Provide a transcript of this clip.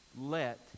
let